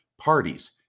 parties